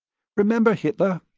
remember hitler?